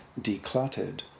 decluttered